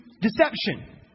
deception